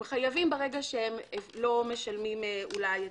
הם חייבים ברגע שהם לא משלמים אולי בזמן.